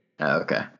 Okay